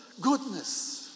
goodness